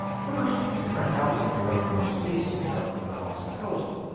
first, you can rent out some of your unused space to make up for the costs of housing.